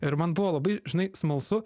ir man buvo labai žinai smalsu